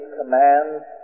commands